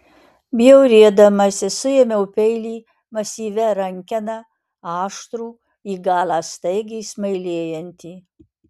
bjaurėdamasi suėmiau peilį masyvia rankena aštrų į galą staigiai smailėjantį